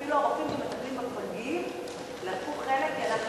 אפילו הרופאים שמטפלים בפגים לקחו חלק,